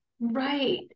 Right